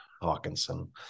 Hawkinson